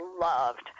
loved